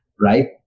right